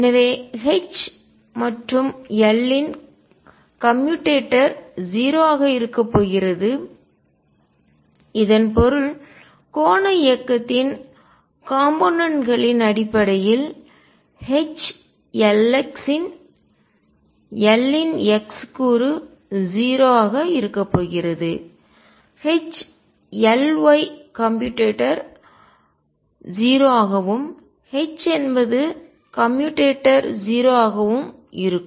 எனவே H மற்றும் L இன் கம்யூட்டேட்டர் 0 ஆக இருக்கப்போகிறது இதன் பொருள் கோண இயக்கத்தின் காம்போனென்ட் களின் கூறுகளின் அடிப்படையில் H Lx இன் L இன் x கூறு 0 ஆக இருக்கப்போகிறது H Ly கம்யூட்டேட்டர் 0 ஆகவும் H என்பது கம்யூட்டேட்டர் 0 ஆகவும் இருக்கும்